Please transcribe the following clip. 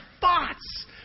thoughts